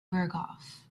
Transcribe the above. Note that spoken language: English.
berghoff